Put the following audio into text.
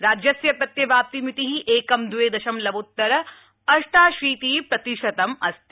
राज्यस्य प्रत्यवाप्तिमिति एकं द्वे दशमलवोत्तर अष्टाशीति प्रतिशतं अस्ति